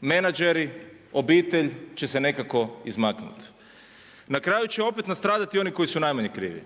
menadžeri, obitelj, će se nekako izmaknuti. Na kraju će opet nastradati oni koji su najmanje krivi.